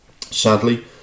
sadly